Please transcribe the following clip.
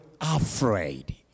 afraid